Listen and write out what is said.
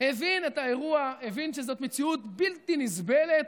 הבין את האירוע, הבין שזאת מציאות בלתי נסבלת.